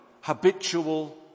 habitual